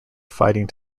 fighting